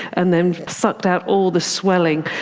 and then sucked out all the swelling.